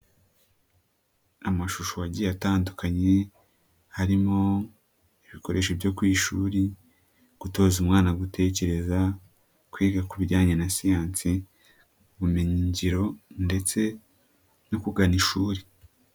Amashusho agiye atandukanye, harimo, ibikoresho byo ku ishuri, gutoza umwana gutekereza, kwiga ku bijyanye na siyansi, ubumenyingiro ndetse, no kugana ishuri.